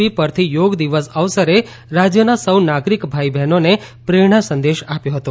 બી પરથી યોગ દિવસ અવસરે રાજ્યના સૌ નાગરિક ભાઈ બહેનોને પ્રેરણા સંદેશ આપ્યો હતો